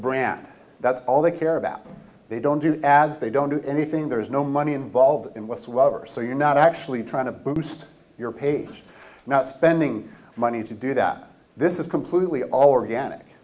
brand that's all they care about they don't do as they don't do anything there's no money involved in whatsoever so you're not actually trying to boost your page not spending money to do that this is completely all organic